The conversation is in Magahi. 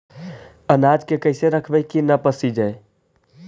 अनाज के कैसे रखबै कि न पसिजै?